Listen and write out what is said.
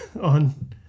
on